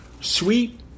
sweet